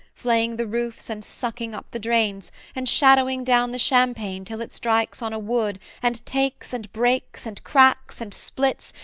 flaying the roofs and sucking up the drains, and shadowing down the champaign till it strikes on a wood, and takes, and breaks, and cracks, and splits,